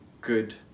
good